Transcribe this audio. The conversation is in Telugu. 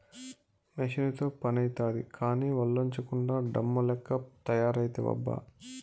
మెసీనుతో పనైతాది కానీ, ఒల్లోంచకుండా డమ్ము లెక్క తయారైతివబ్బా